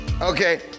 okay